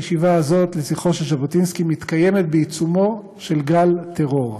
הישיבה הזאת לזכרו של ז'בוטינסקי מתקיימת בעיצומו של גל טרור.